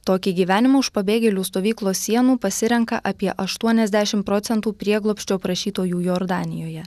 tokį gyvenimą už pabėgėlių stovyklos sienų pasirenka apie aštuoniasdešim procentų prieglobsčio prašytojų jordanijoje